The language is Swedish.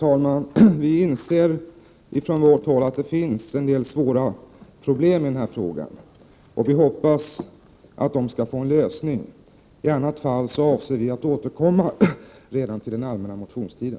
Herr talman! Från vårt håll inser vi att det finns en del svåra problem i den här frågan, och vi hoppas att de skall få en lösning. I annat fall avser vi att återkomma redan under den allmänna motionstiden.